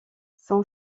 son